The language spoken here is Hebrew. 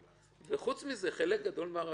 חוץ מזה, חלק גדול מהרשמים,